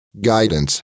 guidance